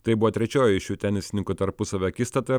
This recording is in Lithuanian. tai buvo trečioji šių tenisininkų tarpusavio akistata